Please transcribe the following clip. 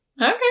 okay